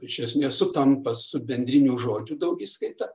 iš esmės sutampa su bendrinių žodžių daugiskaita